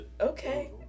Okay